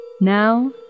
Now